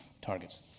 targets